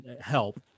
help